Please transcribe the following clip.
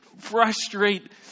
frustrate